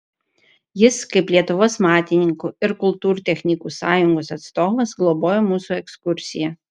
jis kaip lietuvos matininkų ir kultūrtechnikų sąjungos atstovas globojo mūsų ekskursiją